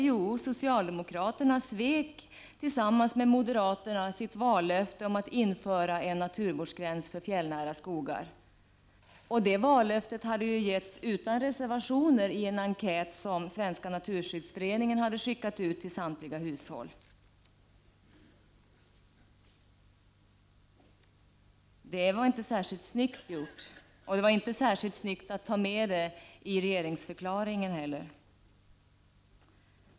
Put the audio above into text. Jo, socialdemokraterna tillsammans med moderaterna svek sitt vallöfte om att införa en naturvårdsgräns för fjällnära skogar. Det vallöftet hade lämnats utan reservation i en enkät som Svenska naturskyddsföreningen skickade ut till samtliga hushåll. Det var inte särskilt snyggt gjort, och det var inte särskilt snyggt att ta med den punkten i regeringsförklaringen.